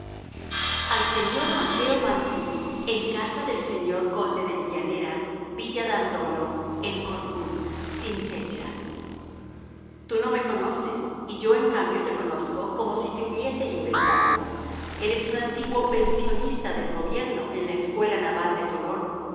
al señor mateo mantoux en casa del señor conde de villanera villa dandolo en corfú sin fecha tú no me conoces y yo en cambio te conozco como si te hubiese inventado eres un antiguo pensionista del gobierno en la escuela naval de tolón